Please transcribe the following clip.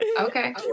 Okay